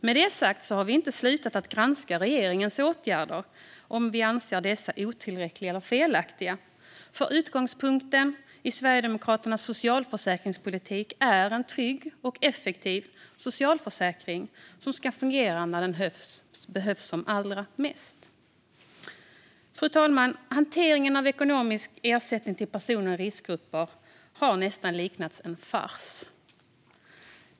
Med det sagt har vi inte slutat att granska regeringens åtgärder om vi anser dessa otillräckliga eller felaktiga, för utgångspunkten i Sverigedemokraternas socialförsäkringspolitik är en trygg och effektiv socialförsäkring som ska fungera när den behövs som allra mest. Fru talman! Hanteringen av ekonomisk ersättning till personer i riskgrupper har nästan liknat en fars.